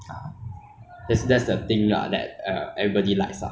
I don't like the big expensive brand [one] ah I like the small like neighbourhood